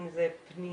אם אלה פניות,